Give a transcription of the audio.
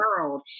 world